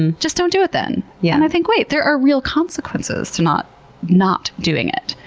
and just don't do it then! yeah and i think, wait, there are real consequences to not not doing it.